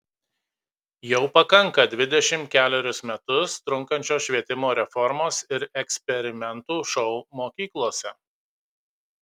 jau pakanka dvidešimt kelerius metus trunkančios švietimo reformos ir eksperimentų šou mokyklose